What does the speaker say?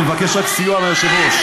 אני מבקש סיוע מהיושב-ראש.